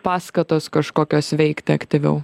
paskatos kažkokios veikti aktyviau